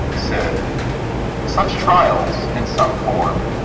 said such trials in some form,